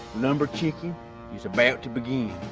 lumber chicken. is about to begin.